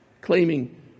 claiming